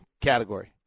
category